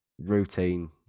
routine